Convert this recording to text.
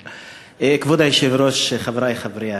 כבוד היושב-ראש, חברי חברי הכנסת,